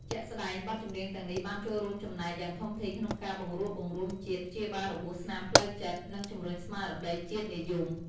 ជាក់ស្ដែង បទចម្រៀងទាំងនេះបានចូលរួមចំណែកយ៉ាងធំធេងក្នុងការ បង្រួបបង្រួមជាតិ ព្យាបាលរបួសស្នាមផ្លូវចិត្ត និងជំរុញស្មារតីជាតិនិយម។